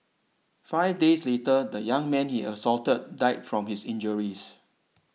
five days later the young man he assaulted died from his injuries